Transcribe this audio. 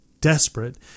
desperate